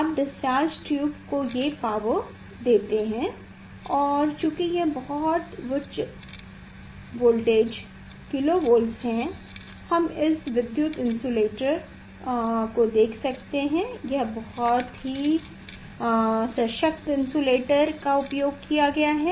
आप discharge tube को ये पावर देते है और चूंकि यह बहुत उच्च वोल्टेज किलो वोल्ट है हम इस विद्युत इन्सुलेटर को देख सकते हैं यह बहुत सशक्त इन्सुलेटर का उपयोग किया जाता है